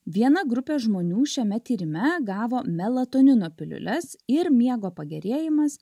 viena grupė žmonių šiame tyrime gavo melatonino piliules ir miego pagerėjimas